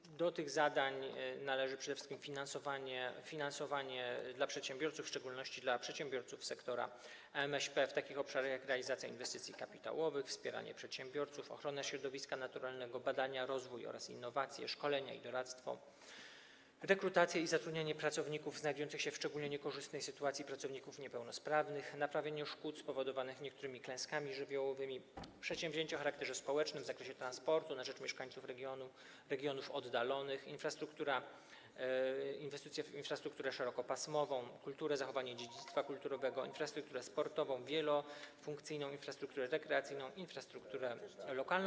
Należy do nich przede wszystkim finansowanie dla przedsiębiorców, w szczególności dla przedsiębiorców sektora MŚP, w takich obszarach jak: realizacja inwestycji kapitałowych, wspieranie przedsiębiorców, ochrona środowiska naturalnego, badania, rozwój oraz innowacje, szkolenia i doradztwo, rekrutacja i zatrudnianie pracowników znajdujących się w szczególnie niekorzystnej sytuacji, pracowników niepełnosprawnych, naprawienie szkód spowodowanych niektórymi klęskami żywiołowymi, przedsięwzięcia o charakterze społecznym w zakresie transportu na rzecz mieszkańców regionów oddalonych, infrastruktura, inwestycje w infrastrukturę szerokopasmową, zachowanie dziedzictwa kulturowego, infrastruktura sportowa wielofunkcyjna, infrastruktura rekreacyjna, infrastruktura lokalna.